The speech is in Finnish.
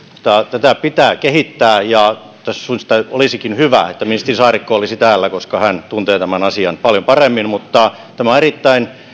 tätä pitää kehittää ja tästä syystä olisikin hyvä että ministeri saarikko olisi täällä koska hän tuntee tämän asian paljon paremmin mutta tämä on erittäin